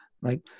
right